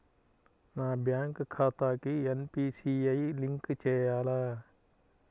నా బ్యాంక్ ఖాతాకి NPCI link చేయాలా?